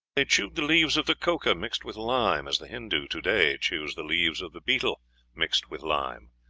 they chewed the leaves of the coca mixed with lime, as the hindoo to-day chews the leaves of the betel mixed with lime.